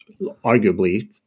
arguably